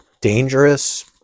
dangerous